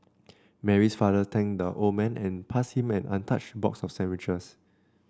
Mary's father thanked the old man and passed him an untouched box of sandwiches